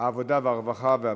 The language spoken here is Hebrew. העבודה והרווחה.